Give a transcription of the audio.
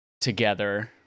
together